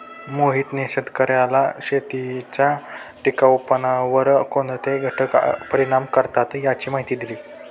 मोहितने शेतकर्यांना शेतीच्या टिकाऊपणावर कोणते घटक परिणाम करतात याची माहिती दिली